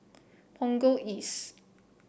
Punggol East